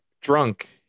drunk